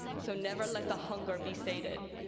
so never let the hunger be sated,